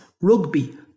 rugby